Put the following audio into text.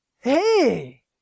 hey